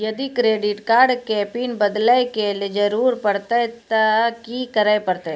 यदि credit card के PIN बदले के जरूरी परतै ते की करे परतै?